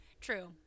True